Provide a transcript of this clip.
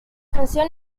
canción